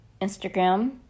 Instagram